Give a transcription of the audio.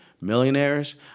millionaires